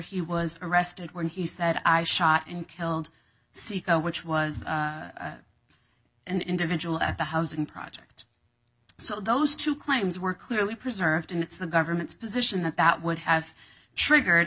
he was arrested when he said i shot and killed saeco which was an individual at the housing project so those two claims were clearly preserved and it's the government's position that that would have triggered